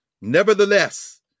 Nevertheless